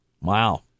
Wow